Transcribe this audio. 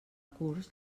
curs